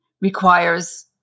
requires